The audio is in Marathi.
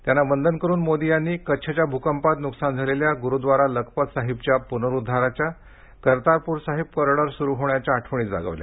त्यांना वंदन करून मोदी यांनी कच्छच्या भूकंपात नुकसान झालेल्या गुरूद्वारा लखपत साहिबच्या पुनरुद्धाराच्या कर्तारपूर साहिब कॉरिडॉर सुरू होण्याच्या आठवणी जागवल्या